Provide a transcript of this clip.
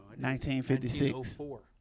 1956